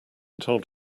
told